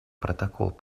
протокол